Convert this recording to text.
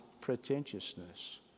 pretentiousness